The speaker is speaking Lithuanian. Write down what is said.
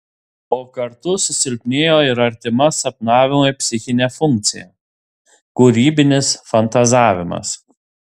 o kartu susilpnėjo ir artima sapnavimui psichinė funkcija kūrybinis fantazavimas